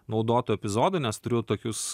naudotų epizodų nes turiu tokius